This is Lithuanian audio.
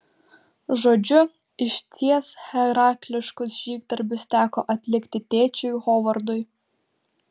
žodžiu išties herakliškus žygdarbius teko atlikti tėčiui hovardui